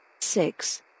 six